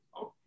okay